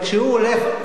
אבל כשהוא הולך,